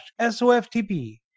SOFTP